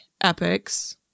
epics